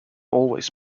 always